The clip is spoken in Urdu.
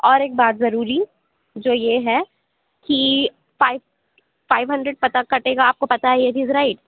اور ایک بات ضروری جو یہ ہے کہ فائیو فائیو ہنڈریڈ پتہ کٹے گا آپ کو پتہ ہے یہ چیز رائٹ